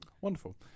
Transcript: Wonderful